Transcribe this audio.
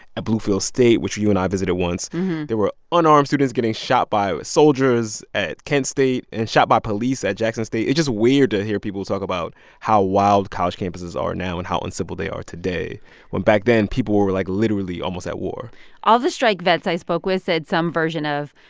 at bluefield state which you and i visited once there were unarmed students getting shot by u s. soldiers at kent state and shot by police at jackson state. it's just weird to hear people talk about how wild college campuses are now and how uncivil they are today when, back then, people were, like, literally almost at war all the strike vets i spoke with said some version of,